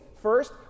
First